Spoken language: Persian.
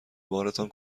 بارتان